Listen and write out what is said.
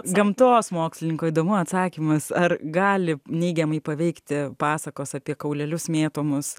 gamtos mokslininko įdomu atsakymas ar gali neigiamai paveikti pasakos apie kaulelius mėtomus